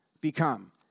become